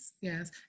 Yes